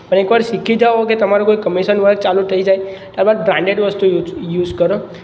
એકવાર શીખી જાવ કે તમારું કોઈ કમિસન વર્ક ચાલું થઈ જાય તમારે બ્રાન્ડેડ વસ્તુ યુસ કરો